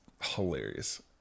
hilarious